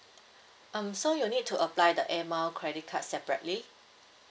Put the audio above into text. um so you need to apply the air mile credit card separately